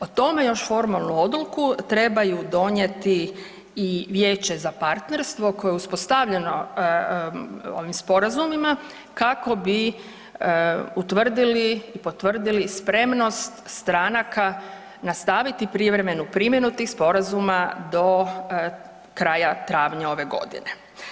O tome još formalnu odluku trebaju donijeti i Vijeće za partnerstvo koje je uspostavljeno ovim sporazumima kako bi utvrdili i potvrdili spremnost stranaka nastaviti privremenu primjenu tih sporazuma do kraja travnja ove godine.